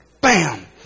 bam